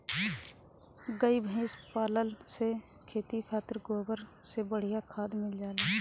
गाई भइस पलला से खेती खातिर गोबर के बढ़िया खाद मिल जाला